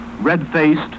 red-faced